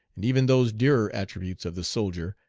and even those dearer attributes of the soldier,